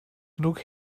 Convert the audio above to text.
genug